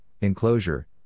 enclosure